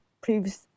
proves